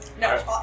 No